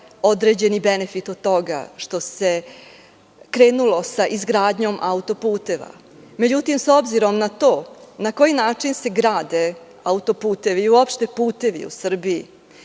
određeni benefit od toga što se krenulo sa izgradnjom autoputeva. Međutim, s obzirom na koji način se grade autoputevi, uopšte putevi u Srbiji,